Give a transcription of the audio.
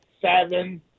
seven